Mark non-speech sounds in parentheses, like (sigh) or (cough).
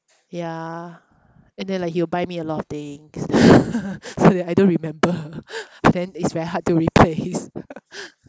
ya and then like he'll buy me a lot of things (laughs) so that I don't remember then it's very hard to replace (laughs)